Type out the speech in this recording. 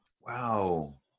Wow